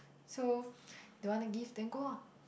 so they want to give then go on